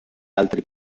altri